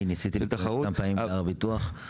אני ניסיתי להיכנס כמה פעמים להר הביטוח.